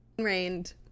rained